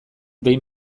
behin